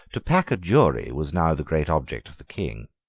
to pack a jury was now the great object of the king.